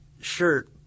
shirt